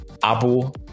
Abo